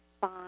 five